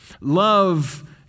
Love